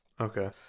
Okay